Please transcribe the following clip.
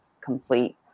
complete